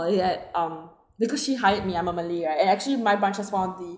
that um because she hired me I'm a malay right and actually my branches fondly